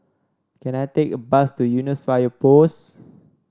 can I take a bus to Eunos Fire Post